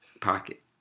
pocket